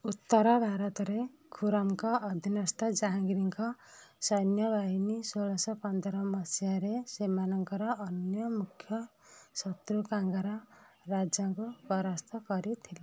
ଉତ୍ତର ଭାରତରେ ଖୁରମ୍ଙ୍କ ଅଧୀନସ୍ଥ ଜାହାଙ୍ଗୀର୍ଙ୍କ ସୈନ୍ୟବାହିନୀ ଷୋଳଶହ ପନ୍ଦର ମସିହାରେ ସେମାନଙ୍କର ଅନ୍ୟ ମୁଖ୍ୟ ଶତ୍ରୁ କାଙ୍ଗାର ରାଜାଙ୍କୁ ପରାସ୍ତ କରିଥିଲେ